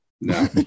no